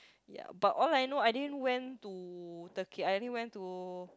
ya but all I know I didn't went to Turkey I only went to